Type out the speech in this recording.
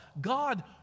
God